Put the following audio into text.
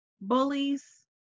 bullies